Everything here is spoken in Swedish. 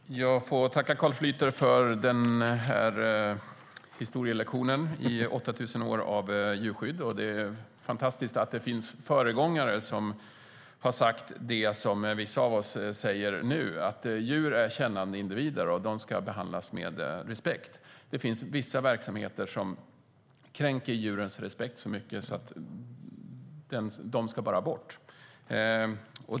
Fru talman! Jag får tacka Carl Schlyter för historielektionen i 8 000 år av djurskydd. Det är fantastiskt att det finns föregångare som har sagt det vi säger nu, nämligen att djur är kännande individer. De ska behandlas med respekt. Det finns vissa verksamheter som kränker djurens respekt så mycket att de bara ska bort.